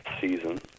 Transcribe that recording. season